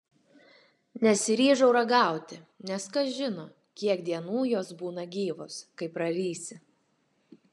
nesiryžau ragauti nes kas žino kiek dienų jos būna gyvos kai prarysi